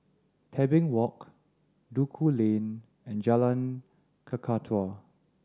Tebing Walk Duku Lane and Jalan Kakatua